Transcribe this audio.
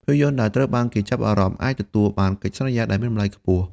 ភាពយន្តដែលត្រូវបានគេចាប់អារម្មណ៍អាចទទួលបានកិច្ចសន្យាដែលមានតម្លៃខ្ពស់។